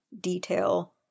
detail